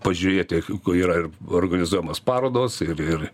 pažiūrėti ko yra ir organizuojamos parodos ir ir